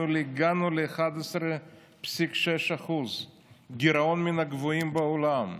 אנחנו הגענו ל-11.6% גירעון, מן הגבוהים בעולם.